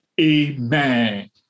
Amen